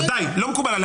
לא מקובל עליי.